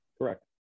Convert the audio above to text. Correct